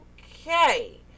okay